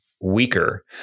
weaker